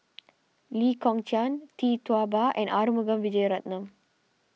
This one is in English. Lee Kong Chian Tee Tua Ba and Arumugam Vijiaratnam